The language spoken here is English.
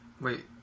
Wait